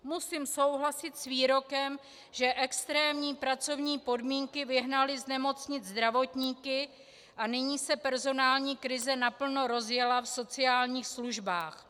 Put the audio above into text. Musím souhlasit s výrokem, že extrémní pracovní podmínky vyhnaly z nemocnic zdravotníky a nyní se personální krize naplno rozjela v sociálních službách.